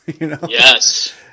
Yes